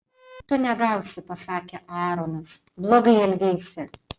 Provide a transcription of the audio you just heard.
tu negausi pasakė aaronas blogai elgeisi